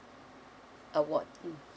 award mm